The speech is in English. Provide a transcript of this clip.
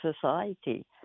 society